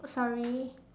sorry